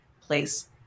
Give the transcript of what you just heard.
place